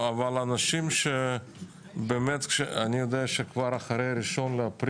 אני יודע שאחרי 1 באפריל